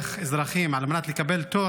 ולהכריח אזרחים לקנות מוצרים על מנת לקבל תור,